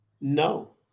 No